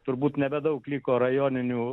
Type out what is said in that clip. turbūt nebedaug liko rajoninių